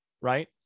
right